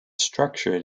structured